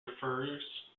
refers